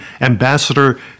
Ambassador